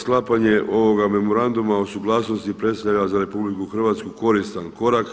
Sklapanje ovoga memoranduma o suglasnosti predstavlja za RH koristan korak